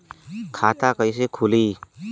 खाता कइसे खुली?